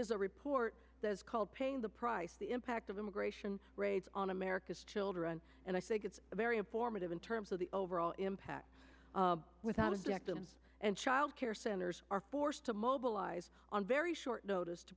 is a report that is called paying the price the impact of immigration raids on america's children and i think it's very informative in terms of the overall impact without a direct them and child care centers are forced to mobilize on very short notice to